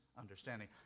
understanding